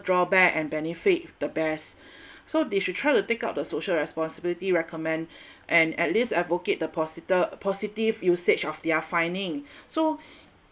drawback and benefit the best so they should try to take out the social responsibility recommend and at least advocate the posita~ positive usage of their finding so